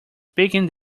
speaking